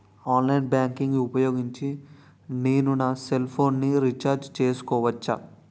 Online banking ఊపోయోగించి నేను నా సెల్ ఫోను ని రీఛార్జ్ చేసుకోవచ్చా?